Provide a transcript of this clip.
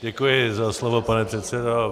Děkuji za slovo, pane předsedo.